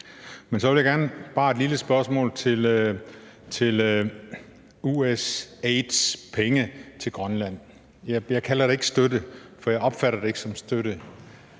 Jeg vil så bare stille et lille spørgsmål til USAID's penge til Grønland – jeg kalder det ikke støtte, for jeg opfatter det ikke som støtte.